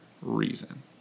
reason